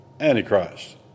Antichrist